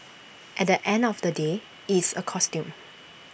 at the end of the day it's A costume